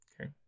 Okay